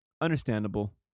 Understandable